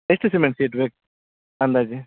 ಎಷ್ಟು cement sheet ಬೇಕು ಅಂದಾಜು